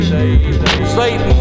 Satan